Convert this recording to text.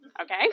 Okay